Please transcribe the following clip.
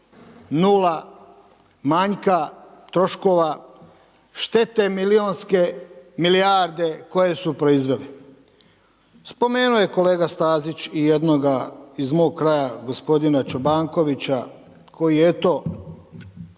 nula manjka troškova, štete milionske, milijarde koje su proizveli. Spomenuo je kolega Stazić i jednoga iz mog kraja gospodina Čobankovića koje je eto,